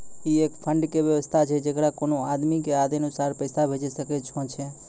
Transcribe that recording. ई एक फंड के वयवस्था छै जैकरा कोनो आदमी के आदेशानुसार पैसा भेजै सकै छौ छै?